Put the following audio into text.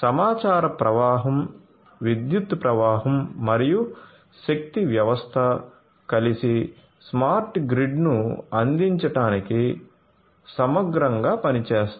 సమాచార ప్రవాహం విద్యుత్ ప్రవాహం మరియు శక్తి వ్యవస్థ కలిసి స్మార్ట్ గ్రిడ్ను అందించడానికి సమగ్రంగా పనిచేస్తాయి